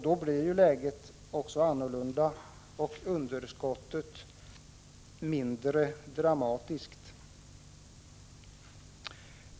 Då blir läget för Gotlandstrafiken annorlunda och underskottet mindre dramatiskt.